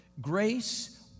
Grace